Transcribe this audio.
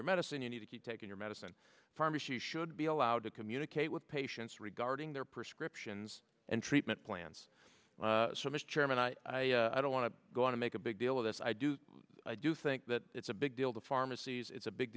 your medicine you need to keep taking your medicine pharmacy should be allowed to communicate with patients regarding their prescriptions and treatment plans so mr chairman i i i don't want to go on to make a big deal of this i do i do think that it's a big deal to pharmacies it's a big